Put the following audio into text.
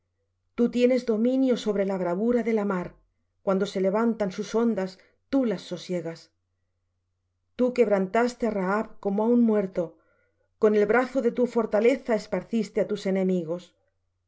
tú tienes dominio sobre la bravura de la mar cuando se levantan sus ondas tú las sosiegas tú quebrantaste á rahab como á un muerto con el brazo de tu fortaleza esparciste á tus enemigos tuyos los